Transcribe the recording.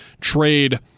trade –